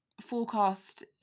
forecast